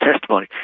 testimony